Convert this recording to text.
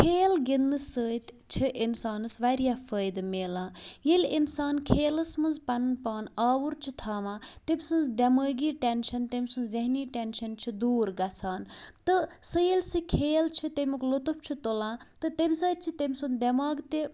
کھیل گِنٛدنہٕ سۭتۍ چھِ اِنسانَس واریاہ فٲیِدٕ مَلان ییٚلہِ اِنسان کھیلَس منٛز پَنُن پان آوُر چھ تھاوان تٔمۍ سٕنٛز دٮ۪مٲغی ٹینشَن تٔمۍ سٕنٛز ذہنی ٹینشَن چھِ دوٗر گژھان تہٕ سُہ ییٚلہِ سُہ کھیل چھِ تیٚمیُٚک لطف چھِ تُلان تہٕ تٔمہِ سۭتۍ چھِ تٔمۍ سُنٛد دٮ۪ماغ تہِ